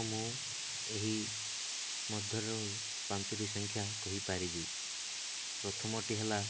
ମୁଁ ଏହି ମଧ୍ୟରୁ ପାଞ୍ଚୋଟି ସଂଖ୍ୟା କହିପାରିବି ପ୍ରଥମଟି ହେଲା